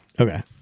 Okay